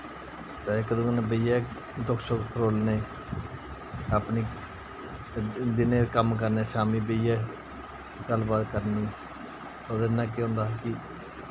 ते इक दुए नै बेहियै दुक्ख सुक्ख फरोलने अपनी दिनै कम्म करने शाम्मी बेहियै गल्ल बात करनी उ'दे कन्नै केह् होंदा हा कि